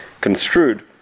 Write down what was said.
construed